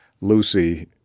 Lucy